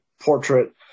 portrait